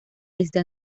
desde